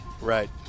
Right